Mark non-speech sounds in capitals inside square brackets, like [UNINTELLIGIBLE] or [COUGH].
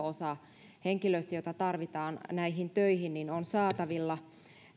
[UNINTELLIGIBLE] osa henkilöistä joita tarvitaan näihin töihin on saatavilla